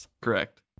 Correct